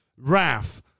Raf